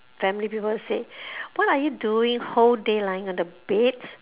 family people say what are you doing whole day lying on the bed